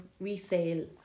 resale